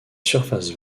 surface